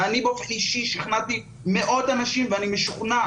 ואני באופן אישי שכנעתי מאות אנשים ואני משוכנע